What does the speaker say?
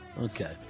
Okay